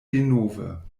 denove